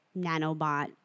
nanobot